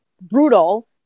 Brutal